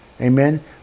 Amen